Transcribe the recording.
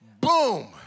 boom